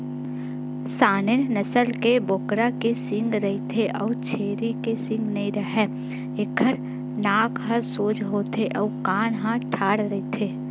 Saanen नसल के बोकरा के सींग रहिथे अउ छेरी के सींग नइ राहय, एखर नाक ह सोज होथे अउ कान ह ठाड़ रहिथे